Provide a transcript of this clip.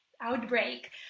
outbreak